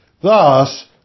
thus